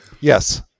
Yes